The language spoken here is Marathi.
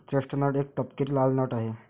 चेस्टनट एक तपकिरी लाल नट आहे